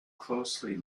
closely